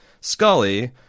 Scully